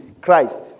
Christ